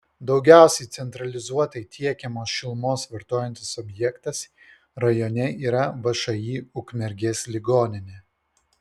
daugiausiai centralizuotai tiekiamos šilumos vartojantis objektas rajone yra všį ukmergės ligoninė